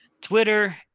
Twitter